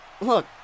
Look